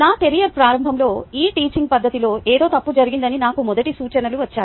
నా కెరీర్ ప్రారంభంలో ఈ టీచింగ్ పద్ధతిలో ఏదో తప్పు జరిగిందని నాకు మొదటి సూచనలు వచ్చాయి